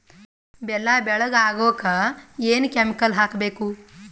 ಬೆಲ್ಲ ಬೆಳಗ ಆಗೋಕ ಏನ್ ಕೆಮಿಕಲ್ ಹಾಕ್ಬೇಕು?